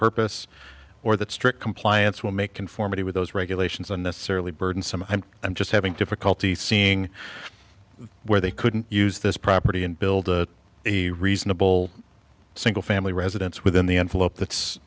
purpose or that strict compliance will make conformity with those regulations and the certainly burdensome and i'm just having difficulty seeing where they couldn't use this property and build a reasonable single family residence within the envelope that's